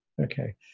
Okay